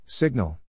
Signal